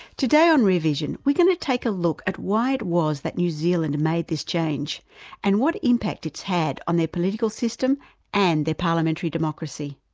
today on rear vision we're going to take a look at why it was that new zealand made this change and what impact it's had on their political system and their parliamentary democracy.